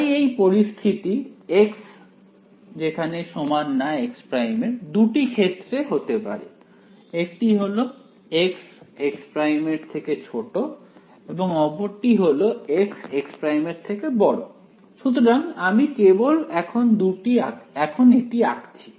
তাই এই পরিস্থিতি x ≠ x′ দুটি ক্ষেত্রে হতে পারে একটি হলো x x′ এবং অপরটি হলো x x′ সুতরাং আমি কেবল এখন এটি আঁকছি